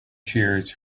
cheers